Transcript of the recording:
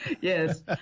Yes